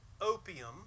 opium